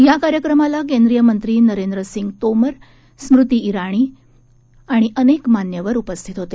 या कार्यक्रमाला केंद्रीय मंत्री नरेंद्रसिंग तोमर स्मृती ितणी आणि अनेक मान्यवर उपस्थित होते